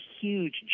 huge